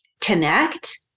connect